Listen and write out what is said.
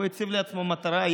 הוא הציב לעצמו מטרה,